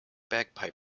bagpipe